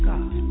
God